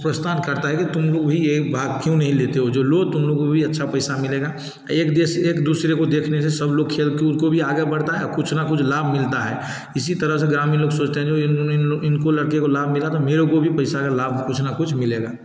उ प्रस्तान करता है कि तुम लोग वही एक भाग क्यों नहीं लेते हो जो लो तुम लोगों को भी अच्छा पैसा मिलेगा एक देश एक दुसरे को देखने से सब लोग खेल कूद को भी आगे बढ़ता है कुछ ना कुछ लाभ मिलता है इसी तरह से ग्रामीण लोग सोचते हैं जो इनको लड़के को लाभ मिला तो मेरे को भी पैसा का लाभ कुछ ना कुछ मिलेगा